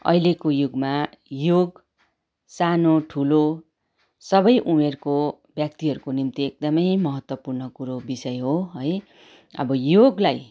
अहिलेको युगमा योग सानो ठुलो सबै उमेरको व्याक्तिहरूको निम्ति एकदमै महत्त्वपूर्ण कुरो विषय हो है अब योगलाई